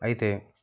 అయితే